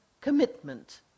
commitment